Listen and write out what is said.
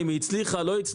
אם היא הצליחה או לא הצליחה,